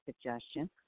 suggestion